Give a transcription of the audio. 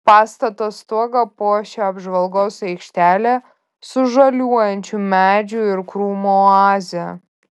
pastato stogą puošia apžvalgos aikštelė su žaliuojančių medžių ir krūmų oaze